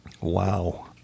Wow